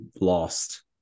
lost